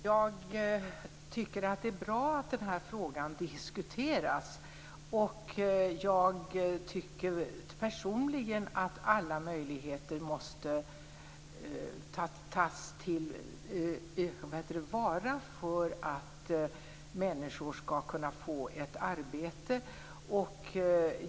Fru talman! Det är bra att den här frågan diskuteras. Jag tycker personligen att alla möjligheter måste tas till vara för att människor skall kunna få ett arbete.